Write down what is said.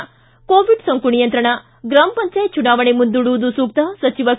ಿ ಕೋವಿಡ್ ಸೋಂಕು ನಿಯಂತ್ರಣ ಗ್ರಮ ಪಂಚಾಯತ್ ಚುನಾವಣೆ ಮುಂದೂಡುವುದು ಸೂಕ್ತ ಸಚಿವ ಕೆ